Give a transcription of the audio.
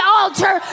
altar